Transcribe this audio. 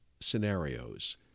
scenarios